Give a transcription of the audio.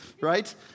right